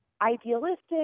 idealistic